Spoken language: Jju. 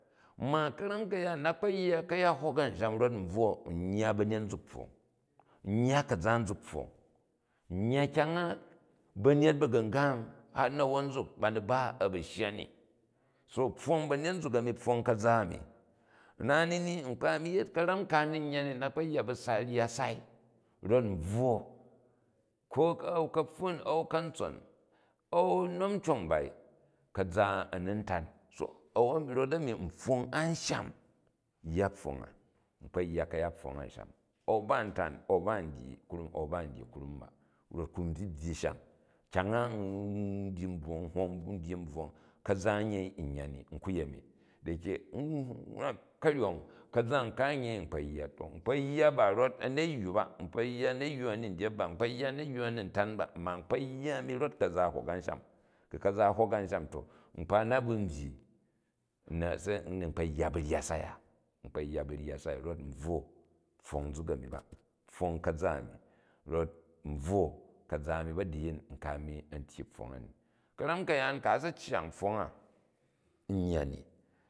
Ma ka̱ram ka̱yaan n na kpo yya ka̱yat hok ansham rot n dorwa, n yya ba̱nyet nzuk pfong, n yya ka̱za nzuk pfong. N yya kyring ba̱njet ba̱gumgang hat nawon nzuk ba ni ba a bu shya ni so pfong ba̱nyet nzuk a̱ni pfong ka̱za a̱ni. Nani ni n nkoa a̱ni yet. Ka̱ram ka n ni yya ni, n na kpo yya sai, rya sai rot n bvwo ko, a̱n kapfung a̱n kanstson a̱n nom cong bai ka̱za a̱ ni in tan. So a̱wwon rota̱mi npfong ansham yya pfong a, n kpe yya kayat pfong asham a̱u ba ntan, a̱u ba n dyi kaim a̱u ba n dyi krum ba rok ku n byyi byyi sham. Kyang a n dyi bvwong ka̱za an yei n yya ni kiyenni. Da yeki u wrak kanyong ka̱za n an yei n ka pfong, n kpo yya ba rot a̱meywu ba n kpo yya a̱meywu a̱ ni dejep ba, n kpo yya a̱weywu a ni tan ba, ma n kpo yya ani rot kəza a hok ansham. Ku̱ ka̱za a hok ansham to, nkoa na̱ bu n byyi, n ni kpo yya ba rya sai a, n kpo ryya bu rya sai rot n bvwo pfong nzuk a̱ni ba, pfong kaza a̱ni. Kot nbvwo ka̱za a̱ni ba̱diyin anka a̱ni an tyyi pfong a̱ni. Karam ka̱yaan ku a si gyang pfong a nyya ni